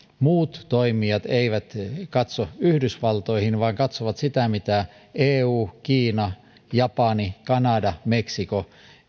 muut toimijat eivät katso yhdysvaltoihin vaan katsovat sitä mitä eu kiina japani kanada meksiko